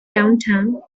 downtime